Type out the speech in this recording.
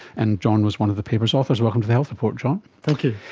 and john was one of the paper's authors. welcome to the health report john. thank you.